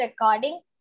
recording